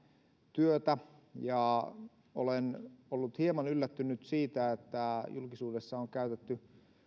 työtä ja olen ollut hieman yllättynyt siitä että julkisuudessa on käytetty